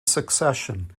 succession